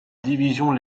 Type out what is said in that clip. division